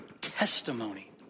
testimony